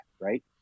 right